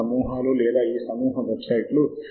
Java ద్వారా ఏ ప్లాట్ఫామ్లోనైనా అమలు అవుతుంది